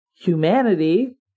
Humanity